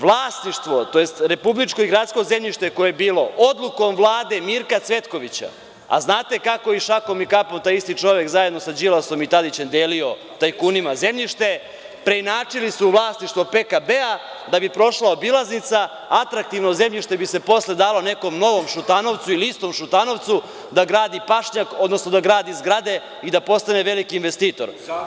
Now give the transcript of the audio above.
Vlasništvo, tj. republičko i gradsko zemljište koje je bilo odlukom Vlade Mirka Cvetkovića, a znate kako je šakom i kapom taj isti čovek zajedno sa Đilasom i Tadićem delio tajkunima zemljište, preinačili su vlasništvo PKB-a da bi prošla obilaznica, a atraktivno zemljište bi se posle dalo nekom novom Šutanovcu ili istom Šutanovcu da gradi pašnjak, odnosno da gradi zgrade i da postane veliki investitor.